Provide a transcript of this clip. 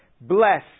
Bless